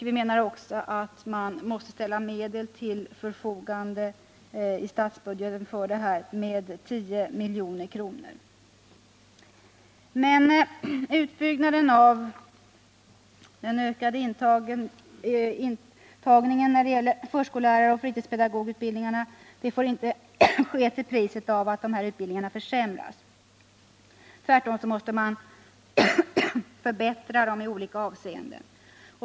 Vi menar också att man måste ställa medel till förfogande för detta i statsbudgeten — 10 milj.kr. Den ökade intagningen till förskolläraroch fritidspedagogutbildningarna får inte ske till priset av att utbildningarna försämras. Tvärtom måste man förbättra dem i olika avseenden.